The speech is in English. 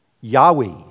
Yahweh